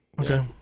Okay